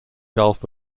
gulf